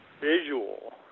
visual